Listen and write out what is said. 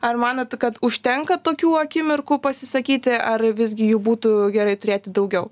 ar manot kad užtenka tokių akimirkų pasisakyti ar visgi jų būtų gerai turėti daugiau